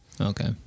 Okay